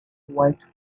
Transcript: white